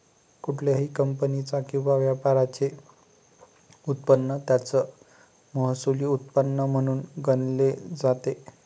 कुठल्याही कंपनीचा किंवा व्यापाराचे उत्पन्न त्याचं महसुली उत्पन्न म्हणून गणले जाते